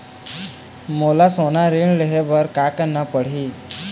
मोला सोना ऋण लहे बर का करना पड़ही?